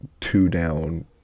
two-down